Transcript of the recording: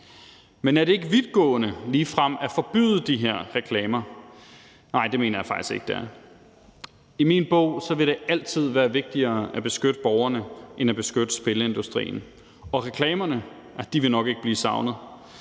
Men er det ikke vidtgående ligefrem at forbyde de her reklamer? Nej, det mener jeg faktisk ikke det er. I min bog vil det altid være vigtigere at beskytte borgerne end at beskytte spilindustrien, og reklamerne vil nok ikke blive savnet.